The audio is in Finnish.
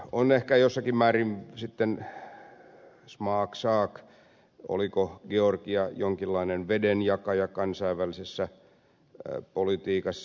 on ehkä jossakin määrin sitten smaksak oliko georgia jonkinlainen vedenjakaja kansainvälisessä politiikassa